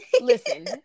listen